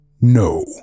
No